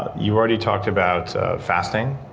but you already talked about fasting,